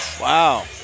Wow